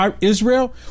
Israel